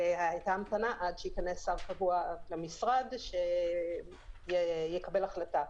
הייתה המתנה עד שייכנס שר קבוע למשרד שיקבל החלטה.